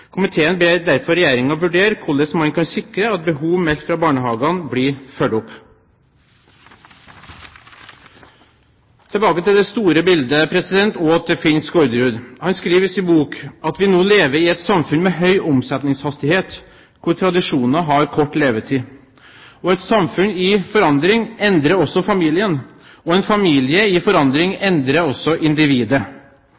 Komiteen ber derfor Regjeringen vurdere hvordan man kan sikre at behov meldt fra barnehagene blir fulgt opp. Tilbake til det store bildet og til Finn Skårderud. Han skriver i sin bok at vi nå lever i et samfunn med høy omsetningshastighet hvor tradisjoner har kort levetid. Og et samfunn i forandring endrer også familien og en familie i forandring